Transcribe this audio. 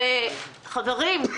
חברים,